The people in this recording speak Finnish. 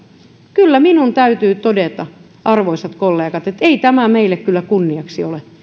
kyllä minun täytyy todeta arvoisat kollegat ettei tämä meille kunniaksi ole